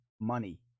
money